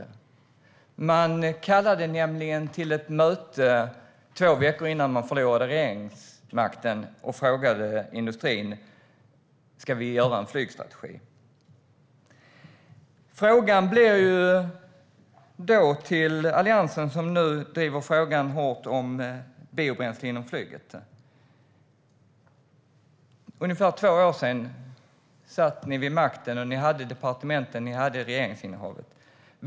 Alliansen kallade nämligen till ett möte två veckor innan man förlorade regeringsmakten och frågade industrin om man skulle ta fram en flygstrategi. Nu driver Alliansen frågan hårt om biobränsle inom flyget. För ungefär två år sedan satt ni vid makten. Ni hade departementen och regeringsinnehavet.